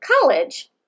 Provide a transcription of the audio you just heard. college